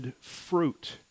fruit